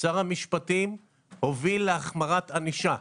שר המשפטים הוביל להחמרת ענישה,